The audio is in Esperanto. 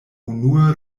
unue